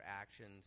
actions